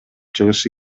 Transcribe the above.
чыгышы